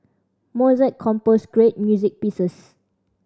Mozart composed great music pieces